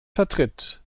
vertritt